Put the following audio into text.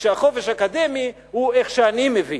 כשהחופש האקדמי הוא איך שאני מבין.